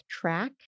track